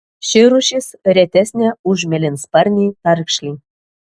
ši rūšis retesnė už mėlynsparnį tarkšlį